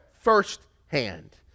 firsthand